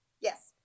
Yes